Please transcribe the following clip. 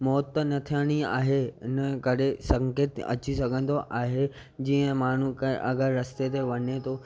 मौत त न थियणी आहे हिन करे संकेत अची सघंदो आहे जीअं माण्हू कंहिं अगरि रस्ते ते वञे थो